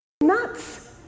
nuts